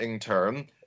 term